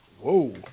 Whoa